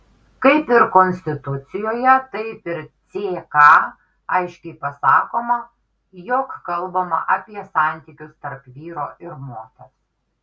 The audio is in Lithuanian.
kaip ir konstitucijoje taip ir ck aiškiai pasakoma jog kalbama apie santykius tarp vyro ir moters